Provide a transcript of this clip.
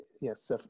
Yes